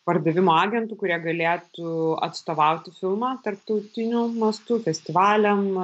pardavimo agentų kurie galėtų atstovauti filmą tarptautiniu mastu festivaliam